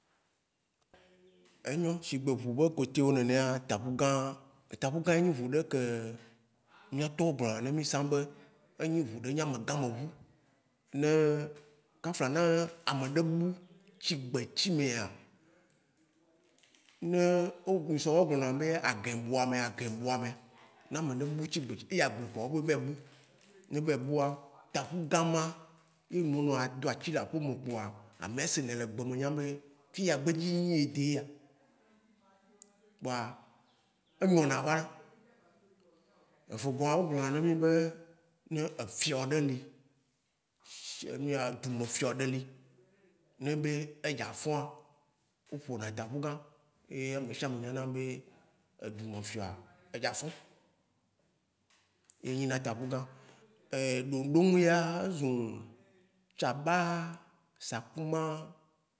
enyɔ shigbe eʋu be côtewo nenea, taʋugã etabugã nyi ʋu ɖe ke miatɔwo gblɔna ne mi sã be, enyi ʋuɖe nyi amegã me ʋu. Ne kafla ne ameɖe bu tsi gbetsimea, ne, muse o gblɔ̃na be agɛ bu ame agɛ bu ame. Ne ameɖe bu tsi gbe, eyi agble koa o be eva yi bu, ne eva yi bua, taʋugã ma yenu o nɔna do atsi le aƒeme kpoa, amea sene le gbemɛ nya be, fiyea gbedzi yi nyi ye de eya. Kpoa e nyɔna vana. evegɔ̃a o gblɔna ne mi be, ne efiɔ ɖe li, enuya dzume fiɔ ɖe li, ne enyi be edza fɔ̃a, o ƒona taʋugã. Ye amesiame nyana be, Edzufiɔa e dza fɔ̃. Ye nyina taʋugã. ɖoɖoŋ ya, ezu: tsaba, Sakuma.